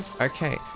Okay